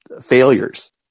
failures